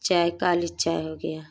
चाय काली चाय हो गया